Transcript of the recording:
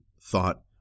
thought